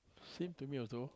same to me also